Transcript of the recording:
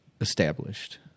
established